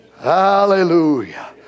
hallelujah